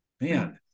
man